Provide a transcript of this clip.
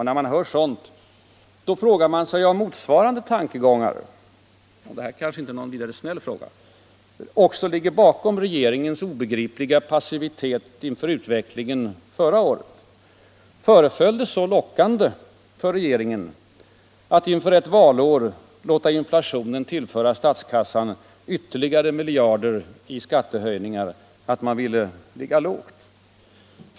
När man hör sådant, frågar man sig — det här är kanske inte någon vidare snäll fråga - om motsvarande tankegångar också ligger bakom regeringens obegripliga passivitet inför utvecklingen förra året. Föreföll det så lockande för regeringen att inför ett valår låta inflationen tillföra statskassan ytterligare miljarder i skattehöjningar att man ville ligga lågt?